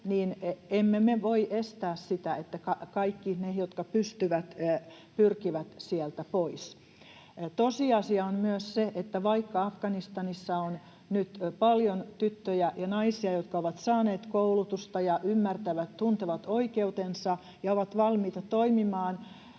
emme me voi estää sitä, että kaikki ne, jotka pystyvät, pyrkivät sieltä pois. Tosiasia on myös se, että vaikka Afganistanissa on nyt paljon tyttöjä ja naisia, jotka ovat saaneet koulutusta ja ymmärtävät, tuntevat oikeutensa ja ovat valmiita toimimaan,